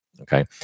Okay